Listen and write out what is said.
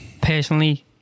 Personally